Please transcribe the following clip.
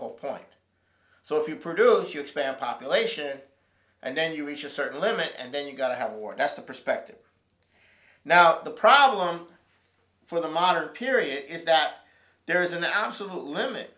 whole point so if you produce you expand population and then you reach a certain limit and then you've got to have a war that's the perspective now the problem for the modern period is that there is an absolute limit